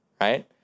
Right